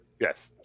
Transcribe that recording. Yes